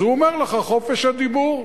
אז הוא אומר לך: חופש הדיבור.